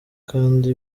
kandi